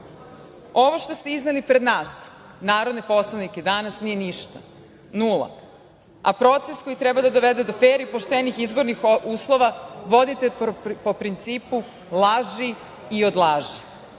što ste izneli pred nas narodne poslanike danas nije ništa, nula, a proces koji treba da dovede do fer i poštenih izbornih uslova vodite po principu - laži i odlaži.